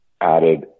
added